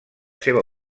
seva